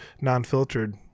non-filtered